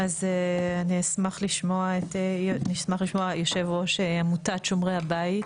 נשמח לשמוע את יושב-ראש עמותת "שומרי הבית",